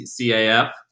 CAF